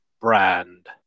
brand